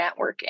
networking